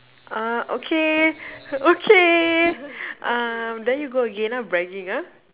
uh okay okay uh then you go again ah bragging ah